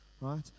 right